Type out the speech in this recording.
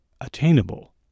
attainable